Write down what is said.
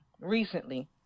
recently